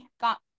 got